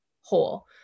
whole